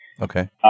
Okay